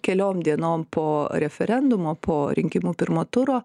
keliom dienom po referendumo po rinkimų pirmo turo